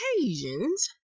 occasions